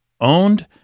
owned